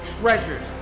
treasures